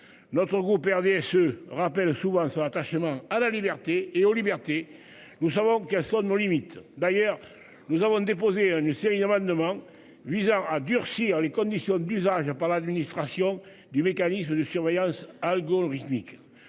Notre groupe RDSE rappelle souvent son attachement à la liberté et aux libertés, nous savons qu'nos limites d'ailleurs nous avons déposé une série d'amendements visant à durcir les conditions d'usage par l'administration du mécanisme de surveillance Al Gore rythmiques